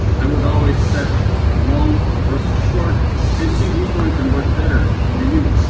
i would always test long versus short and see which one converts better for you.